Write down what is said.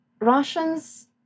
Russians